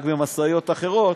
רק במשאיות אחרות.